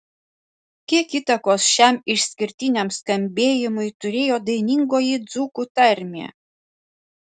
kiek įtakos šiam išskirtiniam skambėjimui turėjo dainingoji dzūkų tarmė